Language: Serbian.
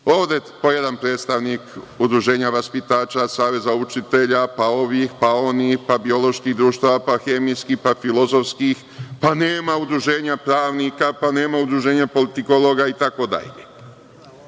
Ovde po jedan predstavnik, udruženja vaspitača, saveza učitelja, pa ovih, pa onih, pa bioloških društava, pa hemijskih, filozofskih, pa nema udruženja pravnika, pa nema udruženja politikologa,